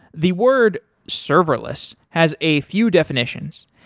the word serverless has a few definitions.